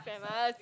famous